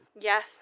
Yes